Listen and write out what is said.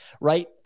right